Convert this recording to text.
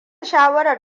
shawarar